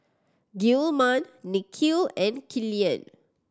Gilman Nikhil and Killian